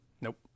Nope